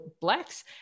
blacks